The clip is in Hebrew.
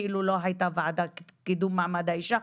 כאילו לא הייתה ועדת קידום מעמד האישה,